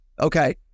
Okay